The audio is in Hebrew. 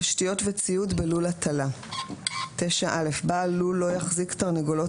תשתיות וציוד בלול הטלה בעל לול לא יחזיק תרנגולות